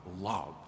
love